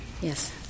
Yes